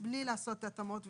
בלי לעשות התאמות ותיקונים.